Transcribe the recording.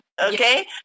okay